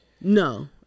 no